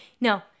No